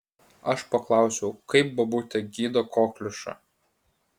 aš paklausiau kaip bobutė gydo kokliušą